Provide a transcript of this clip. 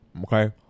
okay